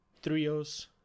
trios